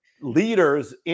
leaders